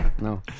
No